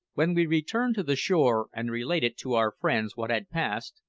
when we returned to the shore and related to our friend what had passed,